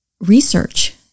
research